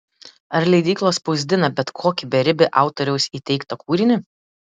ar leidyklos spausdina bet kokį beribį autoriaus įteiktą kūrinį